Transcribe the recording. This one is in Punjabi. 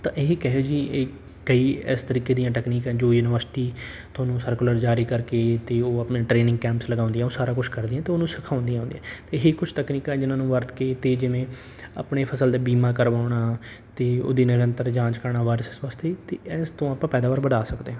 ਤਾਂ ਇਹ ਇੱਕ ਇਹੋ ਜੀ ਇਹ ਕਈ ਇਸ ਤਰੀਕੇ ਦੀਆਂ ਟੈਕਨੀਕ ਹੈ ਜੋ ਯੂਨੀਵਰਸਿਟੀ ਤੁਹਾਨੂੰ ਸਰਕੁਲਰ ਜਾਰੀ ਕਰਕੇ ਅਤੇ ਉਹ ਆਪਣੇ ਟ੍ਰੇਨਿੰਗ ਕੈਂਪਸ ਲਗਾਉਂਦੀਆਂ ਉਹ ਸਾਰਾ ਕੁਛ ਕਰਦੀਆ ਅਤੇ ਉਹਨੂੰ ਸਿਖਾਉਂਦੀਆਂ ਹੁੰਦੀਆਂ ਅਤੇ ਇਹ ਕੁਛ ਤਕਨੀਕਾ ਹੈ ਜਿਹਨਾਂ ਨੂੰ ਵਰਤ ਕੇ ਅਤੇ ਜਿਵੇਂ ਆਪਣੇ ਫਸਲ ਦੇ ਬੀਮਾ ਕਰਵਾਉਣਾ ਅਤੇ ਉਹਦੀ ਨਿਰੰਤਰ ਜਾਂਚ ਕਰਨਾ ਵਾਈਰਸਿਸ ਵਾਸਤੇ ਅਤੇ ਇਸ ਤੋਂ ਆਪਾਂ ਪੈਦਾਵਾਰ ਵਧਾ ਸਕਦੇ ਹਾਂ